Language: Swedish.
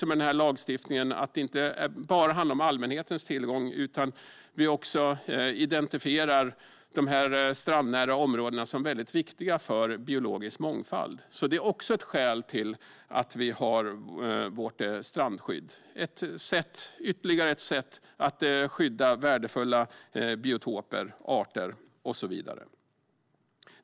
Med denna lagstiftning säger vi inte bara att det handlar om allmänhetens tillgång, utan vi identifierar också de här strandnära områdena som väldigt viktiga för biologisk mångfald, vilket också är ett skäl till att vi har vårt strandskydd: Det är ytterligare ett sätt att skydda värdefulla biotoper, arter och så vidare.